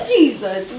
Jesus